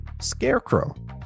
scarecrow